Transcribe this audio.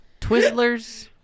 Twizzler's